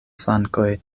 flankoj